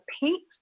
paint